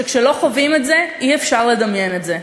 שכשלא חווים את זה אי-אפשר לדמיין את זה.